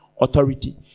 authority